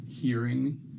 hearing